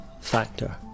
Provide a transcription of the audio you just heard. factor